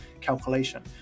calculation